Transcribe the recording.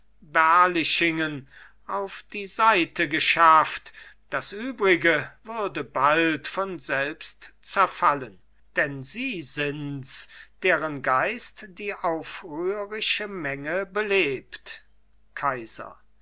berlichingen auf die seite geschafft das übrige würde bald von sich selbst zerfallen denn sie sind's deren geist die aufrührische menge belebt kaiser